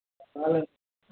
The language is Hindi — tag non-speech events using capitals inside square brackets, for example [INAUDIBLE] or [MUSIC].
[UNINTELLIGIBLE]